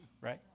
right